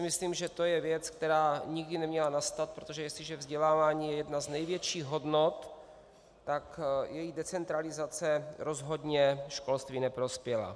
Myslím si, že to je věc, která nikdy neměla nastat, protože jestliže vzdělávání je jedna z největších hodnot, tak jeho decentralizace rozhodně školství neprospěla.